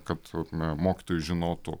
kad na mokytojai žinotų